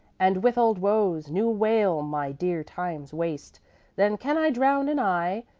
and with old woes new wail my dear time's waste then can i drown an eye,